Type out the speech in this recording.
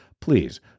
Please